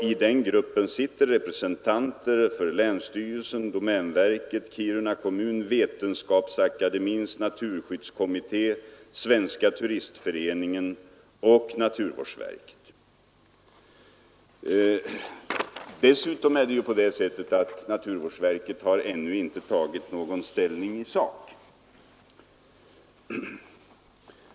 I den gruppen sitter representanter för länsstyrelsen. domänverket, Kiruna kommun, Vetenskapsakademins naturskyddskommitté, Svenska turistföreningen och naturvårdsverket. Dessutom har naturvårdsverket ännu inte tagit ställning isak.